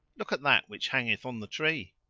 look at that which hangeth on the tree!